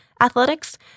athletics